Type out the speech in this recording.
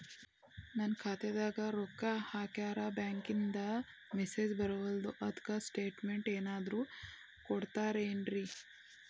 ನನ್ ಖಾತ್ಯಾಗ ರೊಕ್ಕಾ ಹಾಕ್ಯಾರ ಬ್ಯಾಂಕಿಂದ ಮೆಸೇಜ್ ಬರವಲ್ದು ಅದ್ಕ ಸ್ಟೇಟ್ಮೆಂಟ್ ಏನಾದ್ರು ಕೊಡ್ತೇರೆನ್ರಿ?